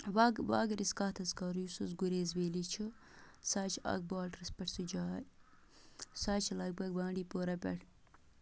وَ وَ اَگر أسۍ کَتھ حظ کَرو یُس حظ گُریز ویلی چھُ سُہ حظ چھُ اکھ باڈرَس پٮ۪ٹھ سُہ جاے سُہ حظ چھُ لَگ بگ بانڈی پورہ پٮ۪ٹھ